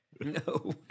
No